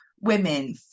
women